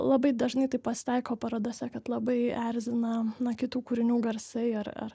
labai dažnai tai pasitaiko parodose kad labai erzina na kitų kūrinių garsai ar ar